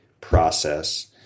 process